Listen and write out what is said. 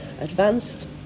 Advanced